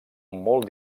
molt